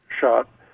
shot